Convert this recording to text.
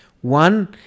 One